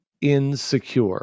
insecure